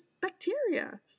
bacteria